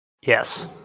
Yes